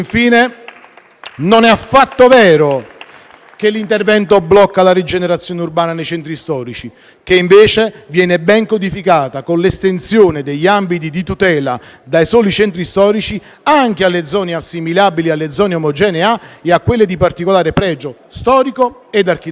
Non è affatto vero, infine, che l'intervento blocca la rigenerazione urbana nei centri storici, che invece viene ben codificata con l'estensione degli ambiti di tutela dai soli centri storici anche alle zone assimilabili alle zone omogenee A e a quelle di particolare pregio storico e architettonico.